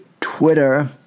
Twitter